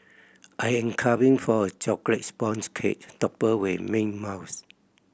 I am craving for a chocolate sponge cake topped with mint mousse